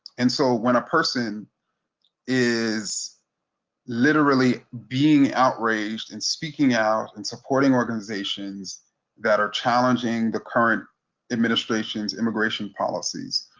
and so when a person is literally being outraged, and speaking out, and supporting organizations that are challenging the current administration's immigration policies,